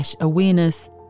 awareness